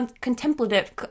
contemplative